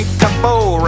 couple